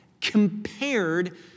compared